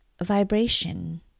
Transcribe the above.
vibration